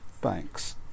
banks